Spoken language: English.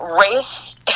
race